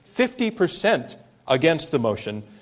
fifty percent against the motion,